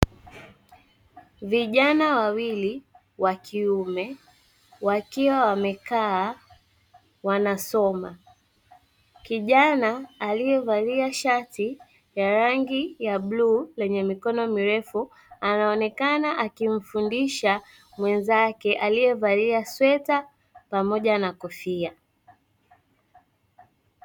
Vijana wawili wa kiume wakiwa wamekaa wanasoma. Kijana aliyevalia shati ya rangi ya bluu lenye mikono mirefu anaonekana akimfundisha mwenzake aliyevalia sweta pamoja na kofia .